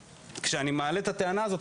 כשאני מעלה את הטענה הזאת,